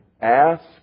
ask